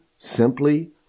simply